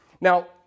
Now